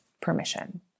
permission